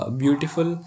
beautiful